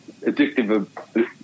addictive